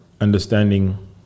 understanding